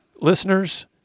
Listeners